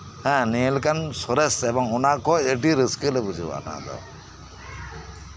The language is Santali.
ᱦᱮᱸ ᱱᱤᱭᱟᱹ ᱞᱮᱠᱟᱱ ᱥᱚᱨᱮᱥ ᱟᱨ ᱚᱱᱟ ᱠᱷᱟᱱ ᱟᱹᱰᱤ ᱨᱟᱹᱥᱠᱟᱹᱞᱮ ᱵᱩᱡᱷᱟᱹᱣᱟ ᱚᱱᱟ ᱫᱚ